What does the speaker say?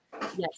Yes